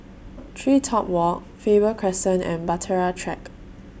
TreeTop Walk Faber Crescent and Bahtera Track